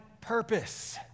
purpose